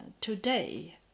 today